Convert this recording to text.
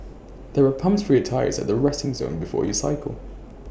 there are pumps for your tyres at the resting zone before you cycle